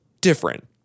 different